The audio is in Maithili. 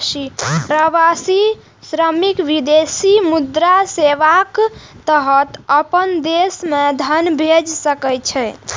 प्रवासी श्रमिक विदेशी मुद्रा सेवाक तहत अपना देश मे धन भेज सकै छै